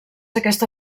aquesta